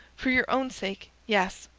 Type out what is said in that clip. for your own sake yes.